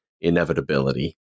inevitability